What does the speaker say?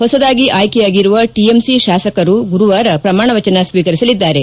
ಹೊಸದಾಗಿ ಆಯ್ಡೆಯಾಗಿರುವ ಟಿಎಂಸಿ ಶಾಸಕರು ಗುರುವಾರ ಪ್ರಮಾಣ ವಚನ ಸ್ವೀಕರಿಸಲಿದ್ದಾರೆ